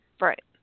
Right